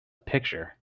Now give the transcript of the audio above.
picture